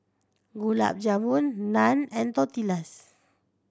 Gulab Jamun Naan and Tortillas